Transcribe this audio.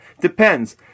Depends